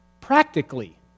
Practically